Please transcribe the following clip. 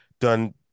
done